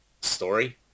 story